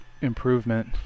improvement